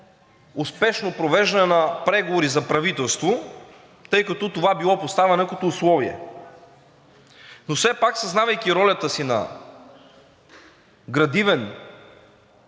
успешно провеждане на преговори за правителство, тъй като това било поставено като условие. Но все пак, съзнавайки ролята си на градивен